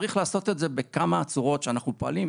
צריך לעשות את זה בכמה צורות שאנחנו פועלים.